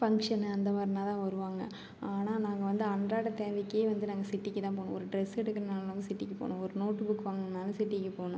ஃபங்க்ஷன்னு அந்த மாரினாதான் வருவாங்க ஆனால் நாங்கள் வந்து அன்றாட தேவைக்கே வந்து நாங்கள் சிட்டிக்கு தான் போகணும் ஒரு ட்ரெஸ் எடுக்கணுன்னாலும் சிட்டிக்கு போகணும் ஒரு நோட்டு புக் வாங்கணுன்னாலும் சிட்டிக்கு போகணும்